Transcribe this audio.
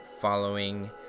following